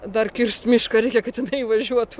dar kirst mišką reikia kad jinai važiuotų